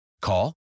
Call